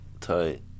Tight